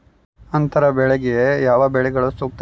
ಅಂತರ ಬೆಳೆಗೆ ಯಾವ ಬೆಳೆಗಳು ಸೂಕ್ತ?